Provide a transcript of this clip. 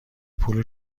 پول